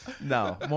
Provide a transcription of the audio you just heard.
No